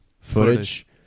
footage